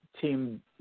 team